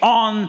on